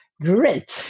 great